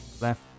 left